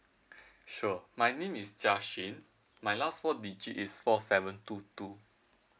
sure my name is jia xun my last four digit is four seven two two